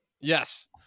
Yes